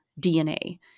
DNA